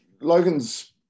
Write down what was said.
Logan's